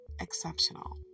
exceptional